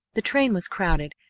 the train was crowded,